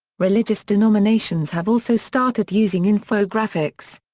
religious denominations have also started using infographics.